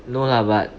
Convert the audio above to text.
no lah but